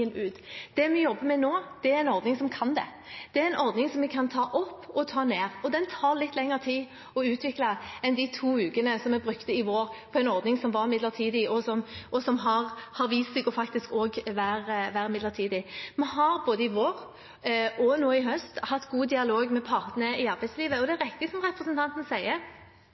ut. Det vi jobber med nå, er en ordning som kan det. Det er en ordning som vi kan ta opp og ta ned. Den tar det litt lengre tid å utvikle enn de to ukene vi i vår brukte på en ordning som var midlertidig, og som har vist seg å være midlertidig også. Vi har både i vår og i høst hatt god dialog med partene i arbeidslivet. Det er riktig, som representanten Gjelsvik sier,